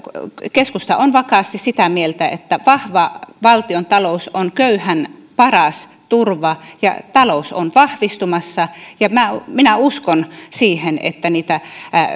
keskusta on vakaasti sitä mieltä että vahva valtiontalous on köyhän paras turva talous on vahvistumassa ja minä minä uskon siihen että niitä